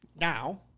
Now